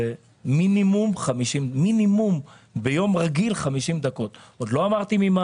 ביום רגיל זה מינימום 50 דקות היום; עוד לא אמרתי ממעלות,